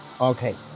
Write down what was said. Okay